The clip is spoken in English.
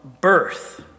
birth